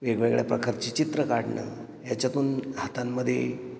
वेगवेगळ्या प्रकारची चित्र काढणं याच्यातून हातांमध्ये